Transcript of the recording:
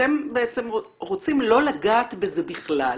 אתם בעצם רוצים לא לגעת בזה בכלל,